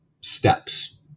steps